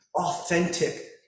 authentic